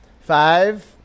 Five